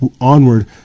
onward